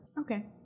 Okay